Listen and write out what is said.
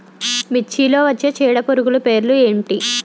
మిర్చిలో వచ్చే చీడపురుగులు పేర్లు ఏమిటి?